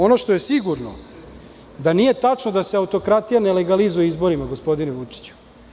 Ono što je sigurno, da nije tačno da se autokratijom legalizuje na izborima, gospodine Vučiću.